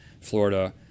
Florida